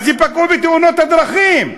אז ייפגעו בתאונות דרכים.